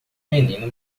menino